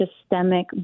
systemic